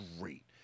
great